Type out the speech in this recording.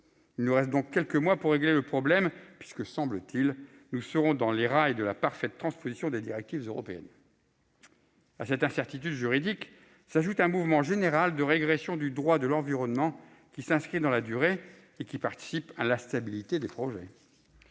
Il reste donc quelques mois pour régler le problème, puisque, semble-t-il, nous serons dans les rails de la parfaite transposition des directives européennes. À cette incertitude juridique s'ajoute un mouvement général de régression du droit de l'environnement qui s'inscrit dans la durée et qui participe à l'instabilité des projets.